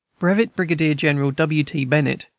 brevet brigadier-general w. t. bennett,